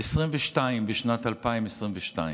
22 בשנת 2022?